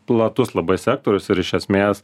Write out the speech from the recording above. platus labai sektorius ir iš esmės